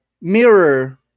mirror